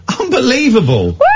Unbelievable